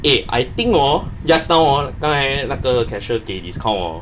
eh I think hor just now hor 刚才那个 cashier 给 discount hor